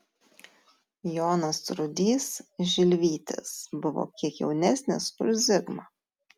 jonas rudys žilvytis buvo kiek jaunesnis už zigmą